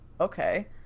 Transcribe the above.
okay